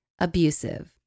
abusive